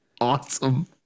Awesome